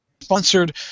sponsored